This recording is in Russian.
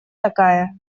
такая